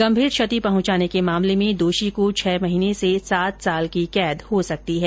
गंभीर क्षति पहंचाने के मामले में दोषी को छह महीने से सात साल की कैद हो सकती है